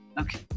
Okay